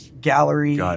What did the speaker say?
gallery –